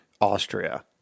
Austria